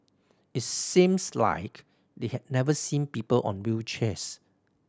it seems like they had never seen people on wheelchairs